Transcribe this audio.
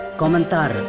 komentar